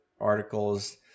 articles